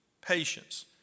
patience